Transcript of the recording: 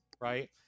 right